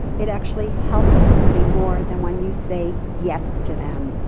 it actually helps somebody more than when you say yes to them.